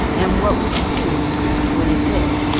and what would he do when it did?